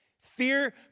Fear